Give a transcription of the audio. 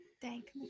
Thank